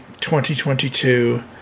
2022